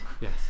Yes